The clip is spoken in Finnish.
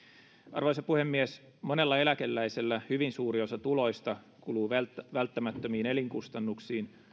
arvoisa puhemies monella eläkeläisellä hyvin suuri osa tuloista kuluu välttämättömiin elinkustannuksiin